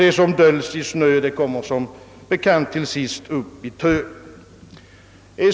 Det som döljs i snö kommer till sist upp i tö.